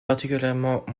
particulièrement